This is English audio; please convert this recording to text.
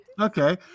Okay